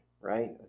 right